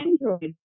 Android